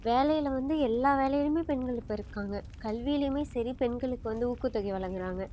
வேலையில் வந்து எல்லா வேலையிலையுமே பெண்கள் இப்போ இருக்காங்க கல்வியிலையுமே சரி பெண்களுக்கு வந்து ஊக்கத்தொகை வழங்குகிறாங்க